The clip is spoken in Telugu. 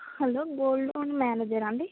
హలో గోల్డ్ లోన్ మేనేజరా అండి